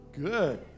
Good